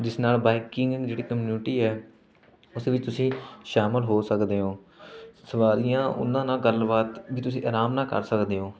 ਜਿਸ ਨਾਲ ਬਾਈਕਿੰਗ ਜਿਹੜੀ ਕਮਿਊਨਿਟੀ ਹੈ ਉਸ ਵਿੱਚ ਤੁਸੀਂ ਸ਼ਾਮਿਲ ਹੋ ਸਕਦੇ ਹੋ ਸਵਾਰੀਆਂ ਉਹਨਾਂ ਨਾਲ ਗੱਲਬਾਤ ਵੀ ਤੁਸੀਂ ਆਰਾਮ ਨਾਲ ਕਰ ਸਕਦੇ ਹੋ